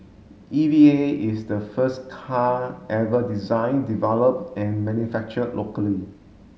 E V A is the first car ever design develop and manufactured locally